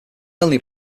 only